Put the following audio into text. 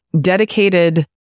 dedicated